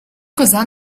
коза